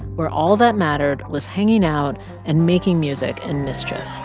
where all that mattered was hanging out and making music and mischief